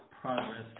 progress